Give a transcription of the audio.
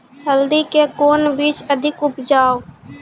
हल्दी के कौन बीज अधिक उपजाऊ?